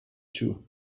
too